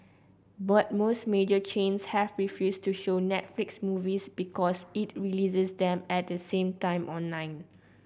but most major chains have refused to show Netflix movies because it releases them at the same time online